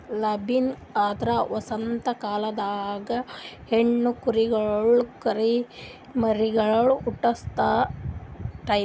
lambing ಅಂದ್ರ ವಸಂತ ಕಾಲ್ದಾಗ ಹೆಣ್ಣ ಕುರಿಗೊಳ್ ಕುರಿಮರಿಗ್ ಹುಟಸದು ಟೈಂ